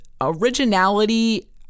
Originality